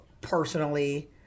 personally